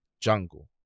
Jungle